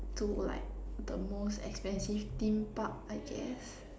to like the most expensive theme Park I guess